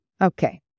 Okay